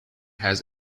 has